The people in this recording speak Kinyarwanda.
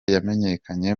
yamenyekanye